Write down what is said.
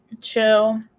chill